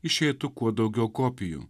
išeitų kuo daugiau kopijų